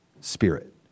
spirit